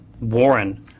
warren